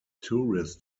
tourist